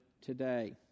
today